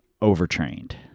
overtrained